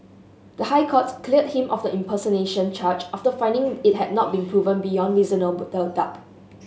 the High Court cleared him of the impersonation charge after finding it had not been proven beyond doubt